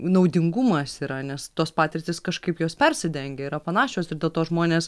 naudingumas yra nes tos patirtys kažkaip jos persidengia yra panašios ir dėl to žmonės